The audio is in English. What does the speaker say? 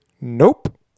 Nope